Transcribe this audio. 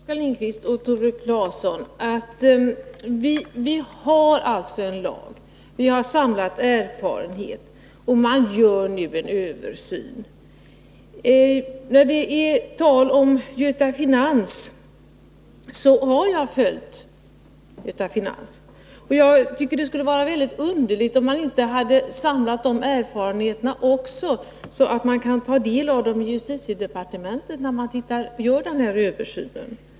Fru talman! Jag vill säga både till Oskar Lindkvist och till Tore Claeson att vi alltså har en lag och att vi har samlat erfarenheter och att det nu sker en översyn. Jag har följt affären Göta Finans, och jag tycker att det skulle vara mycket underligt om man inte har samlat erfarenheter från denna affär så att de kan beaktas i justitiedepartementet när denna översyn äger rum.